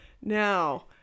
Now